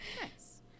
Nice